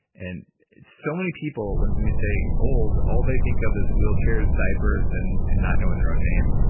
and so many people, when when you say old, all they think of is wheelchairs, diapers, and and not knowing their own name.